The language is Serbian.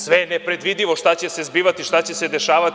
Sve je nepredvidivo šta će se zbivati, dešavati.